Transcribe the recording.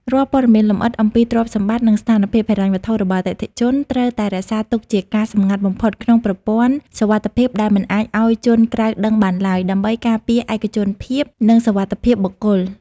រាល់ព័ត៌មានលម្អិតអំពីទ្រព្យសម្បត្តិ និងស្ថានភាពហិរញ្ញវត្ថុរបស់អតិថិជន ត្រូវតែរក្សាទុកជាការសម្ងាត់បំផុតក្នុងប្រព័ន្ធសុវត្ថិភាពដែលមិនអាចឱ្យជនក្រៅដឹងបានឡើយ ដើម្បីការពារឯកជនភាព និងសុវត្ថិភាពបុគ្គល។